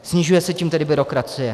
Snižuje se tím tedy byrokracie.